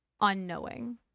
unknowing